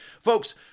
Folks